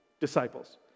disciples